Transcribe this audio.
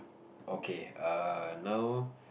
okay err now